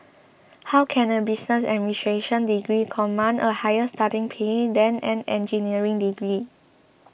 how can a business administration degree command a higher starting pay than an engineering degree